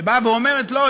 שבאה ואומרת: לא,